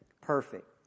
perfect